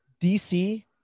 DC